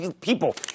People